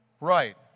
right